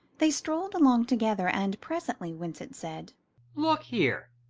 they strolled along together, and presently winsett said look here,